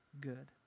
good